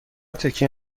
تکیه